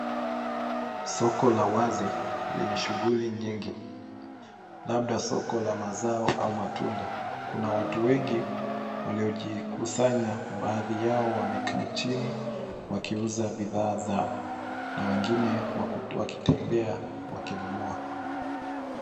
Soko la wazi lenye shughuli nyingi labda soko la mazao au matunda. Kuna watu wengi waliojikusanya baadhi yao wamekaa chini wakiuza bidhaa zao na wengine waku- wakitembea wakinunua.